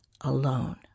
alone